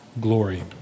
glory